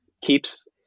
keeps